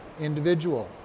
individual